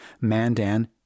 Mandan